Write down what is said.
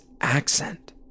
accent